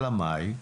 אלא מאי,